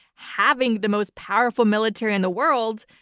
having the most powerful military in the world,